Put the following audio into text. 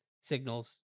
signals